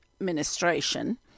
administration